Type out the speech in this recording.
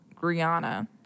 Griana